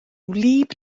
wlyb